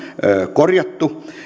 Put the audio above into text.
korjattu